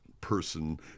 person